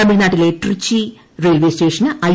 തമിഴ്നാട്ടിലെ ട്രിച്ചി റെയിൽവേ സ്റ്റേഷന് ഐ